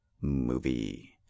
movie